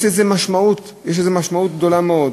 יש לזה משמעות, יש לזה משמעות גדולה מאוד.